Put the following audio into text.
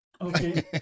Okay